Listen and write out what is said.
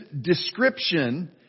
description